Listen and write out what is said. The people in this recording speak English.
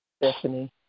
Stephanie